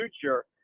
future